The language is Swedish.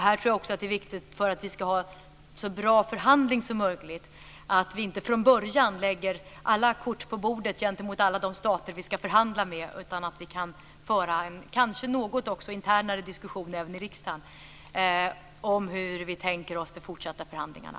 Här tror jag också att det är viktigt för att vi ska ha en så bra förhandling som möjligt att vi inte från början lägger alla kort på bordet gentemot alla de stater vi ska förhandla med utan att vi kan föra en kanske något internare diskussion även i riksdagen om hur vi tänker oss de fortsatta förhandlingarna.